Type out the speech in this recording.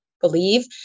believe